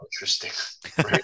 interesting